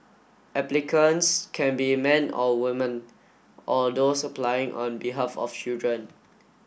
applicants can be men or woman or those applying on behalf of children